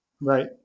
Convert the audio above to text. right